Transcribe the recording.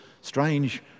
strange